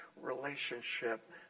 relationship